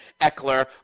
Eckler